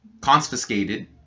Confiscated